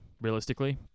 realistically